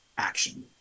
action